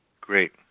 Great